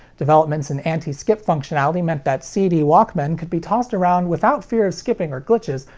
developments in anti-skip functionality meant that cd walkmen could be tossed around without fear of skipping or glitches,